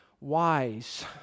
wise